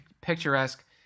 picturesque